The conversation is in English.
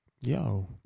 yo